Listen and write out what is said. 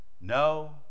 no